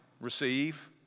receive